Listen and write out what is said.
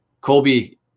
Colby